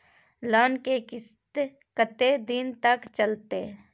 Loan के किस्त कत्ते दिन तक चलते?